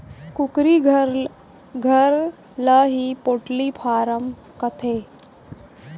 कुकरी घर ल ही पोल्टी फारम कथें